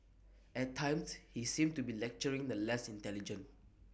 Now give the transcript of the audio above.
at times he seemed to be lecturing the less intelligent